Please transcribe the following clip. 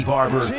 Barber